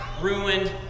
ruined